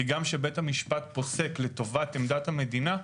כי גם כשבית המשפט פוסק לטובת עמדת המדינה,